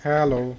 hello